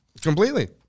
Completely